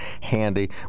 handy